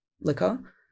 liquor